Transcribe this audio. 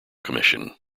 commission